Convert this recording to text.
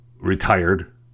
retired